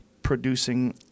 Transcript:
producing